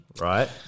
Right